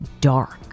Dark